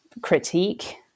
critique